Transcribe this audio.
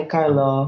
Carlo